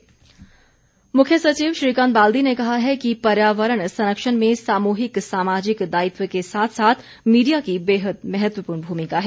मुख्य सचिव मुख्य सचिव श्रीकांत बाल्दी ने कहा है कि पर्यावरण संरक्षण में सामूहिक सामाजिक दायित्व के साथ साथ मीडिया की बेहद महत्वपूर्ण भमिका है